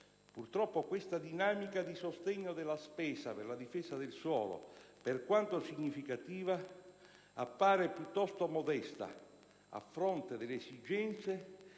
Purtroppo, questa dinamica di sostegno alla spesa per la difesa del suolo, per quanto significativa, appare piuttosto modesta a fronte delle esigenze